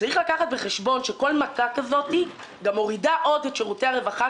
צריך לקחת בחשבון שכל מכה כזאת מורידה עוד את שירותי הרווחה,